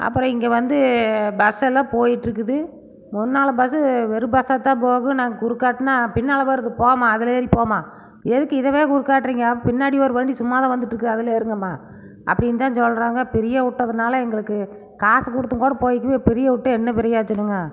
அப்புறம் இங்கே வந்து பஸ் எல்லாம் போய்ட்டிருக்குது முன்னால் பஸ் வெறும் பஸ்சாகதான் போகும் நாங்கள் குறுக்காட்டினா பின்னால் வருது போம்மா அதில் ஏறி போம்மா எதுக்கு இதைவே குறுக்காட்டுறீங்க பின்னாடி ஒரு வண்டி சும்மாதான் வந்துகிட்டு இருக்குது அதில் ஏறுங்கம்மா அப்படினுதான் சொல்கிறாங்க ஃப்ரீயாக விட்டதுனால எங்களுக்கு காசு கொடுத்து கூட போய்க்குவேன் ஃப்ரீயாக விட்டு என்ன பிரயோஜனங்க